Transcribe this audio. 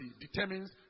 determines